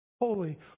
Holy